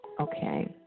Okay